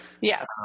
Yes